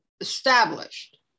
established